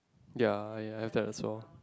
ya I I have that as well